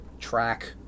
track